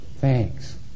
Thanks